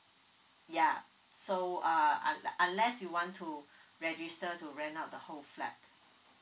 ya so uh un~ unless you want to register to rent out the whole flat